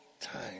time